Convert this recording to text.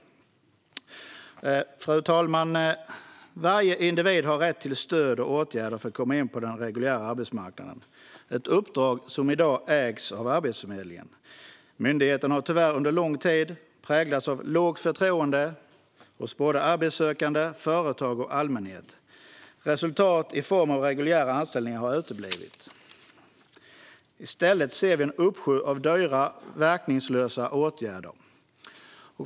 Fru talman! Varje individ har rätt till stöd och åtgärder för att komma in på den reguljära arbetsmarknaden. Det är ett uppdrag som i dag ägs av Arbetsförmedlingen. Myndigheten har tyvärr under lång tid präglats av lågt förtroende hos både arbetssökande, företag och allmänhet. Resultat i form av reguljära anställningar har uteblivit. I stället ser vi en uppsjö av dyra, verkningslösa åtgärder.